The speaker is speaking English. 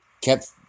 kept